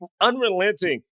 unrelenting